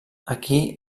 aquí